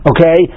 Okay